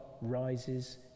rises